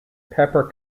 pepper